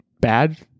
bad